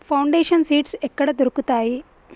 Foundation seeds ఎక్కడ దొరుకుతాయి?